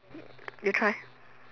you try